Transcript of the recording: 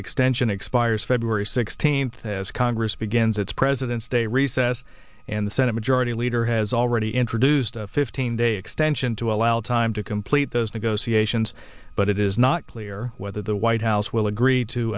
extension expires february sixteenth as congress begins its presidents day recess and the senate majority leader has already introduced a fifteen day extension to allow time to complete those negotiations but it is not clear whether the white house will agree to